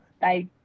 Bye